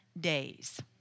days